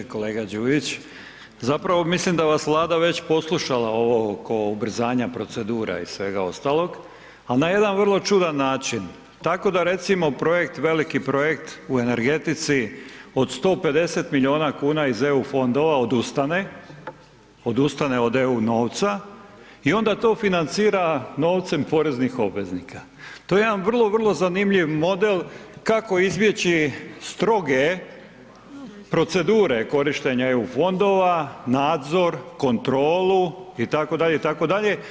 Kolega Đujić, zapravo mislim da vas je Vlada već poslušala ovo oko ubrzanja procedura i svega ostalog ali na jedan vrlo čudan način, tako da recimo projekt, veliki projekt u energetici od 150 milijuna kuna iz EU fondova odustane, odustane od Eu novca i onda to financira novcem poreznih obveznika, to je jedan vrlo, vrlo zanimljiv model kako izbjeći stroge procedure korištenja EU fondova, nadzor, kontrolu itd., itd.